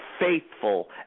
Faithful